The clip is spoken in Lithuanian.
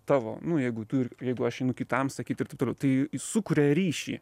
tavo nu jeigu tu jeigu aš einu kitam sakyt ir taip toliau tai sukuria ryšį